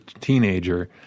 teenager